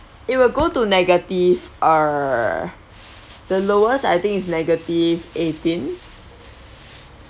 it will go to negative err the lowest I think it's negative eighteen